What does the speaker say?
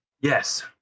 Yes